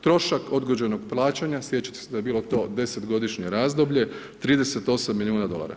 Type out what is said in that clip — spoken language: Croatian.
Trošak odgođenog plaćanja sjećate se da je bilo to 10-godišnje razdoblje 38 milijuna dolara.